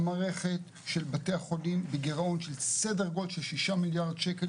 המערכת של בתי החולים בגירעון של סדר גודל של שישה מיליארד שקל.